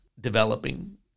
developing